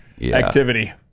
activity